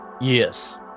yes